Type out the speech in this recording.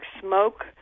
smoke